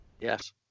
Yes